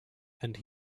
and